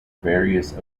various